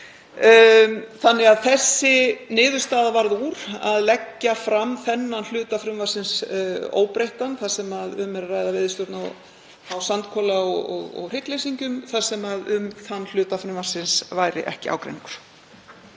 meiði. Þessi niðurstaða varð úr, að leggja fram þennan hluta frumvarpsins óbreyttan þar sem um er að ræða veiðistjórn á sandkola og hryggleysingjum þar sem um þann hluta frumvarpsins væri ekki ágreiningur.